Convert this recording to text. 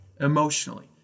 emotionally